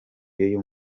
y’uyu